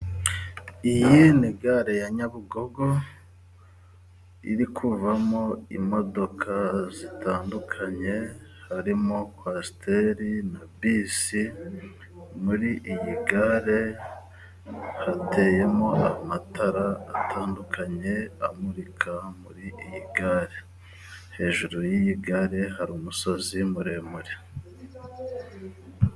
Iyi ni gare ya Nyabugogo, iri kuvamo imodoka zitandukanye, harimo kwasiteri na bisi, muri iyi gare hateyemo amatara atandukanye amurika muri iyi gare. Hejuru y'iyi gare hari umusozi muremure.